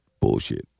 bullshit